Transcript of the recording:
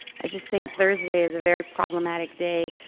i just think thursday is a very problematic day.